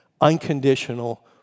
unconditional